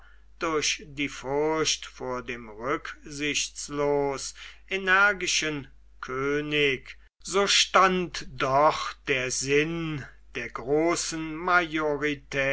durch die furcht vor dem rücksichtslos energischen könig so stand doch der sinn der großen